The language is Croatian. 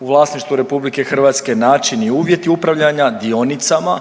u vlasništvu RH, način i uvjeti upravljanja dionicama,